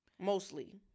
mostly